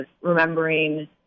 remembering